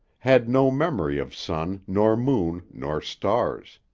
had no memory of sun nor moon nor stars.